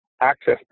access